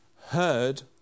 Heard